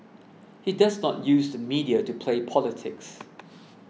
he does not use the media to play politics